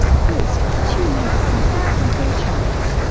first she remembers something from her childhood.